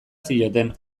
zioten